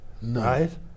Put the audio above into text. right